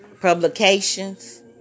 Publications